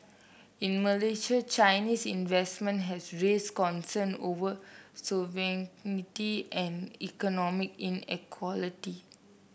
in Malaysia Chinese investment has raised concern over sovereignty and economic inequality